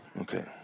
Okay